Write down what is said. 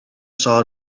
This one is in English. saw